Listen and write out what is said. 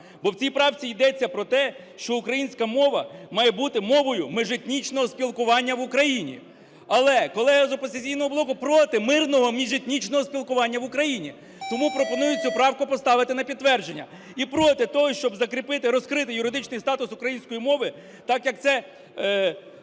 Бо в цій правці йдеться про те, що українська мова має бути мовою міжетнічного спілкування в Україні. Але колега з "Опозиційного блоку" проти мирного міжетнічного спілкування в Україні. Тому пропоную цю правку поставити на підтвердження. І проти того, щоб закріпити розкритий юридичний статус української мови, так, як це